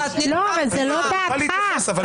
זו לא דעתך.